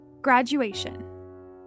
graduation